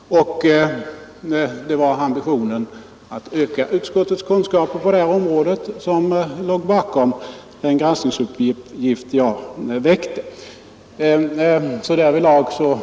Det var ambitionen att öka utskottets — och riksdagens — kunskaper på detta område som låg bakom den granskningsuppgift som jag aktualiserade.